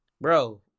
Bro